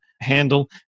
handle